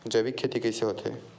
जैविक खेती कइसे होथे?